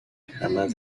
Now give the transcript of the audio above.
jamás